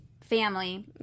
family